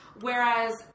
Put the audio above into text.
Whereas